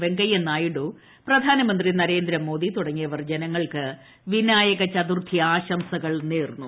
വെങ്കയ്യ നായിഡു പ്രധാനമന്ത്രി നരേന്ദ്രമോദി തുടങ്ങിയവർ ജനങ്ങൾക്ക് വിനായക ചതുർത്ഥി ആശംസകൾ നേർന്നു